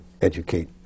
educate